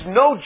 no